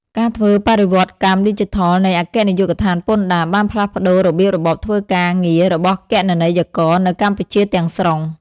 ការធ្វើបរិវត្តកម្មឌីជីថលនៃអគ្គនាយកដ្ឋានពន្ធដារ បានផ្លាស់ប្តូររបៀបរបបធ្វើការងាររបស់គណនេយ្យករនៅកម្ពុជាទាំងស្រុង។